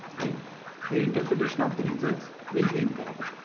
then the interpretation of the results will be incorrect,